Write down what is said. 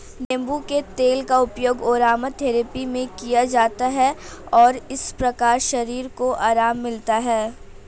नींबू के तेल का उपयोग अरोमाथेरेपी में किया जाता है और इस प्रकार शरीर को आराम मिलता है